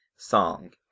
song